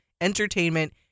entertainment